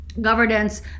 Governance